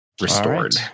restored